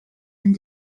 and